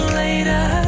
later